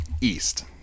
East